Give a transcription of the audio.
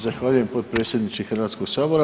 Zahvaljujem potpredsjedniče Hrvatskog sabora.